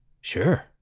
Sure